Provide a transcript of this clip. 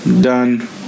Done